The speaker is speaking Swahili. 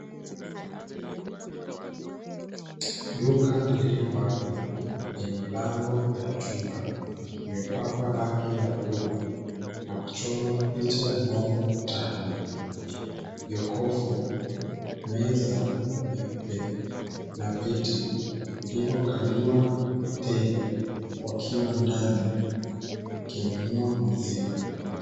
Duka lililo wazi, lenye milango ya chuma iliyopakwa rangi ya bluu na kuchorwa picha ya ng'ombe kutani; jokofu, meza nyeupe, na viti vilivyokaliwa na wateja wakiwa ndani, wakinunua maziwa.